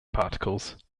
particles